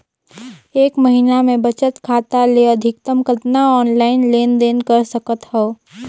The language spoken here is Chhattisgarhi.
एक महीना मे बचत खाता ले अधिकतम कतना ऑनलाइन लेन देन कर सकत हव?